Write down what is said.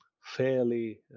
fairly